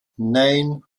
nein